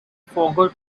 forgot